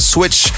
Switch